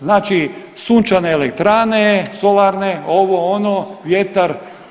Znači sunčane elektrane, solarne, ovo, ono, vjetar.